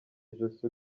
ijosi